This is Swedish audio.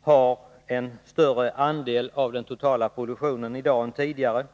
har en större andel av den totala produktionen i dag än tidigare.